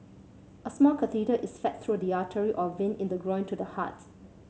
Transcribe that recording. a small catheter is fed through the artery or vein in the groin to the hearts